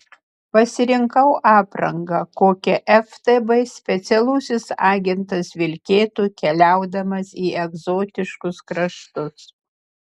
pasirinkau aprangą kokią ftb specialusis agentas vilkėtų keliaudamas į egzotiškus kraštus